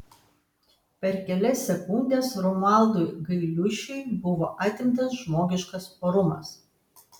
per kelias sekundes romualdui gailiušiui buvo atimtas žmogiškas orumas